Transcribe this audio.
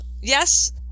yes